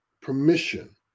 permission